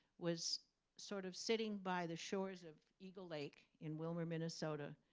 was sort of sitting by the shores of eagle lake in willmar, minnesota,